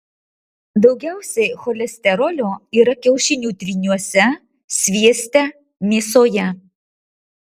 daugiausiai cholesterolio yra kiaušinių tryniuose svieste mėsoje